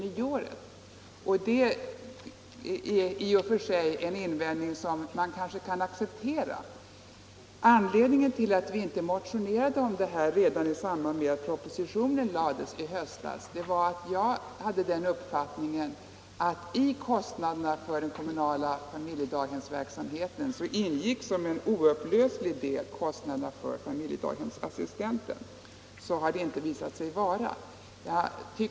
Det är Ekonomiskt stöd åt 60 i och för sig en invändning som ofta kan accepteras. Anledningen till att vi inte motionerade om detta redan i samband med att propositionen lades i höstas var att vi hade den uppfattningen att i kostnaderna för den kommunala familjedaghemsverksamheten ingick som en oupplöslig del kostnaderna för familjedaghemsassistenter. Så har sedan visat sig inte vara fallet.